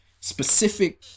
specific